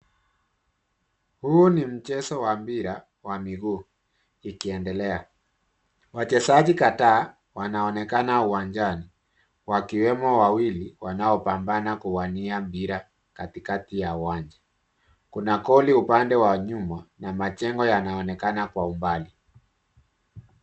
Huu ni mchezo wa mpira wa miguu ikiendelea. Wachezaji kadhaa wanaonekana uwanjani wakiwemo wawili wanaopambana kuwania mpira katikati ya uwanja. Kuna goli upande wa nyuma na majengo yanaonekana kwa umbali.